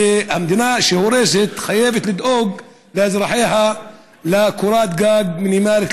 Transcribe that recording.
המדינה שהורסת חייבת לדאוג לאזרחיה לקורת גג מינימלית,